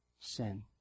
sin